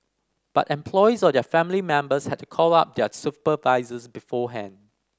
but employees or their family members had to call up their supervisors beforehand